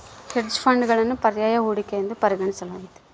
hedge ಫಂಡ್ಗಳನ್ನು ಪರ್ಯಾಯ ಹೂಡಿಕೆ ಎಂದು ಪರಿಗಣಿಸಲಾಗ್ತತೆ